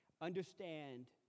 understand